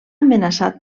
amenaçat